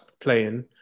playing